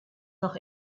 noch